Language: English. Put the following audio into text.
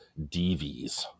DVs